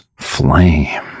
Flame